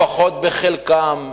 לפחות בחלקם,